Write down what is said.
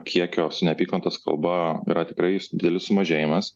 kiekio su neapykantos kalba yra tikrai didelis sumažėjimas